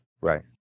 Right